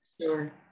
Sure